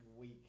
week